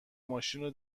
ماشینو